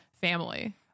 family